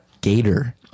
Gator